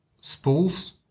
spools